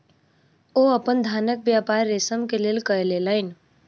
ओ अपन धानक व्यापार रेशम के लेल कय लेलैन